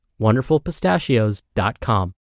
wonderfulpistachios.com